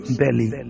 belly